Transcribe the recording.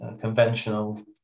conventional